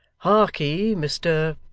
harkee, mr